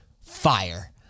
fire